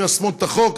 גם מי ששוהה בחו"ל,